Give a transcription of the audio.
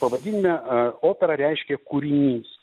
pavadinime opera reiškė kūrinys